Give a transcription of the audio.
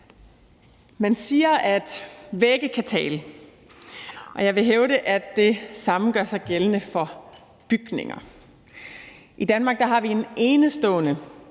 Man siger, at vægge kan tale, og jeg vil hævde, at det samme gør sig gældende for bygninger. I Danmark har vi en enestående